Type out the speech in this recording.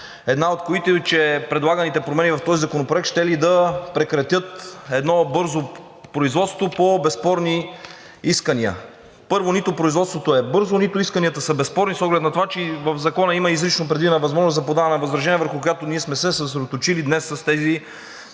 една от които е, че предлаганите промени в този законопроект щели да прекратят едно бързо производство по безспорни искания. Първо, нито производството е бързо, нито исканията са безспорни с оглед на това, че и в Закона има изрично предвидена възможност за подаване на възражения, върху която ние сме се съсредоточили днес с тези